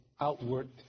outward